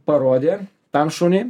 parodė tam šuniui